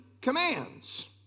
commands